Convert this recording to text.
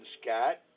Scott